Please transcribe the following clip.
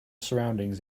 surroundings